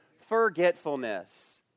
forgetfulness